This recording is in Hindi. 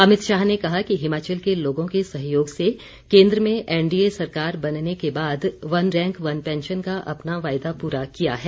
अमित शाह ने कहा कि हिमाचल के लोगों के सहयोग से केन्द्र में एनडीए सरकार बनने के बाद वन रैंक वन पैंशन का अपना वायदा पूरा किया है